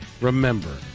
remember